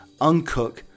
uncook